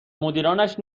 مدیرانش